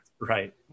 Right